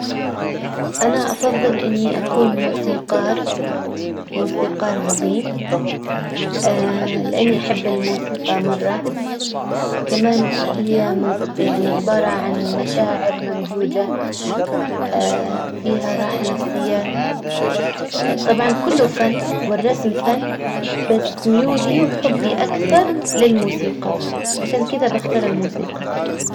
انا افضل اني اكون موسيقار. موسيقار عظيم. لاني احب الموسيقى مرة. كمان هي يعني عبارة عن مشاعر ممزوجة فيها راحة نفسية. طبعا كله فن والرسم فن بس ميولي وحبي اكثر للموسيقى. عشان كذا بختار الموسيقى.